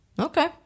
okay